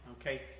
Okay